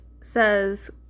says